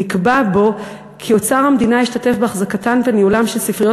נקבע כי אוצר המדינה ישתתף בהחזקתן ובניהולן של ספריות